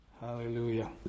hallelujah